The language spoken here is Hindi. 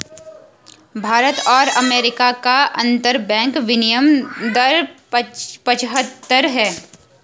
भारत और अमेरिका का अंतरबैंक विनियम दर पचहत्तर है